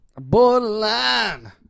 Borderline